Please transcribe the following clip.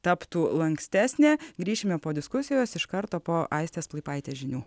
taptų lankstesnė grįšime po diskusijos iš karto po aistės plaipaitės žinių